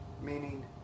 meaning